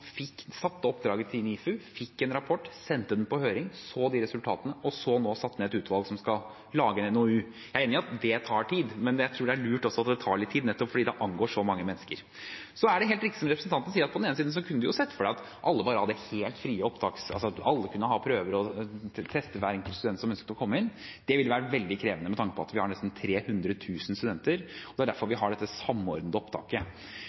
fikk satt oppdraget til NIFU, fikk en rapport, sendte den på høring, så resultatene, og nå har satt ned et utvalg som skal lage en NOU. Jeg er enig i at det tar tid, men jeg tror det er lurt at det tar litt tid også, nettopp fordi det angår så mange mennesker. Så er det helt riktig som representanten sier, at på den ene siden kunne man sett for seg at alle bare hadde helt frie opptakssystemer – altså at alle kunne ha prøver og teste hver enkelt student som ønsket å komme inn. Det ville være veldig krevende med tanke på at vi har nesten 300 000 studenter, og det er derfor vi har dette samordnede opptaket.